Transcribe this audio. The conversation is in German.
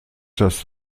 das